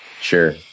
Sure